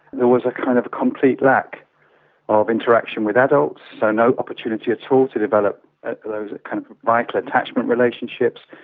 there was a kind of complete lack of interaction with adults, so no opportunity at so all to develop those kind of vital attachment relationships,